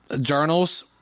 journals